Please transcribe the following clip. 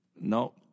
No